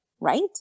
right